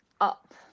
up